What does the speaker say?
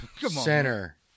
center